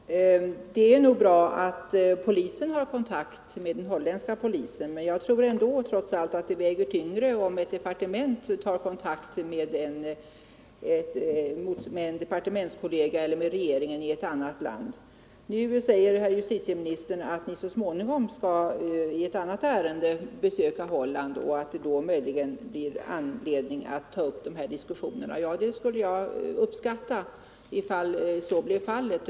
Herr talman! Det är nog bra att polisen här i Sverige har kontakt med den holländska polisen. Men jag tror trots allt att det väger tyngre om man från ett departements sida tar kontakt med departementskolleger eller med regeringen i ett annat land. Nu säger herr justitieministern att man så småningom i ett annat ärende skall besöka Holland och att det då möjligen blir anledning att ta upp dessa diskussioner. Ja, jag skulle uppskatta om så blev fallet.